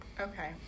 okay